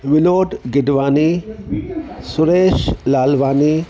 Vinod Gidwani Suresh Lalwani